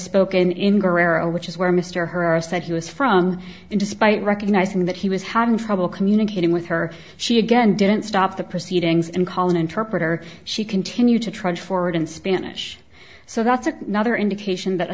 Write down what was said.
spoken in guerrero which is where mr herrera said he was from and despite recognizing that he was having trouble communicating with her she again didn't stop the proceedings and call an interpreter she continued to trudge forward in spanish so that's a nother indication that